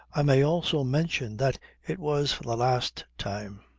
i may also mention that it was for the last time.